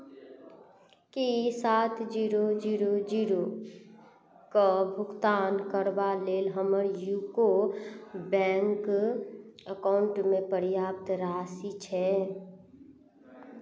की सात zero zero जीरोके भुगतान करबा लेल हमर यूको बैंक अकाउंटमे पर्याप्त राशि छै